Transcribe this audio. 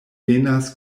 venas